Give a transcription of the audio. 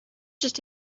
just